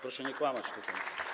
Proszę nie kłamać tutaj.